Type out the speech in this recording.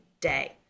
day